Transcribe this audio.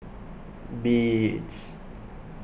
Beats